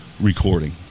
Recording